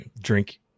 drink